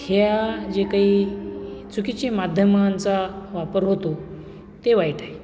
ह्या जे काही चुकीचे माध्यमांचा वापर होतो ते वाईट आहे